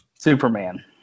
Superman